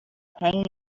hanging